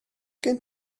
gen